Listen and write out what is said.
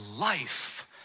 life